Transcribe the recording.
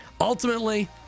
Ultimately